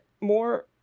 more